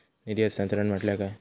निधी हस्तांतरण म्हटल्या काय?